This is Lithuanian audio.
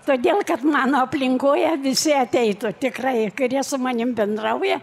todėl kad mano aplinkoje visi ateitų tikrai kurie su manim bendrauja